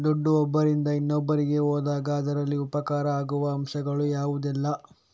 ದುಡ್ಡು ಒಬ್ಬರಿಂದ ಇನ್ನೊಬ್ಬರಿಗೆ ಹೋದಾಗ ಅದರಲ್ಲಿ ಉಪಕಾರ ಆಗುವ ಅಂಶಗಳು ಯಾವುದೆಲ್ಲ?